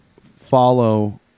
follow